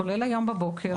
כולל היום בבוקר,